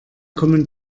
kommen